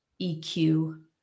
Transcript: EQ